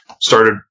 Started